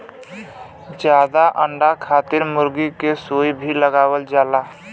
जादा अंडा खातिर मुरगी के सुई भी लगावल जाला